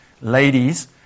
ladies